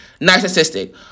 Narcissistic